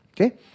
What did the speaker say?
Okay